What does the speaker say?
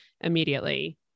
immediately